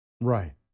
Right